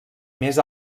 més